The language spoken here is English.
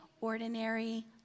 ordinary